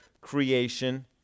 creation